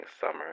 summer